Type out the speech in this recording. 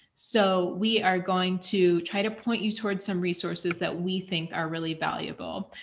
so, we are going to try to point you toward some resources that we think are really valuable.